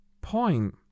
point